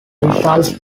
results